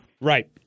Right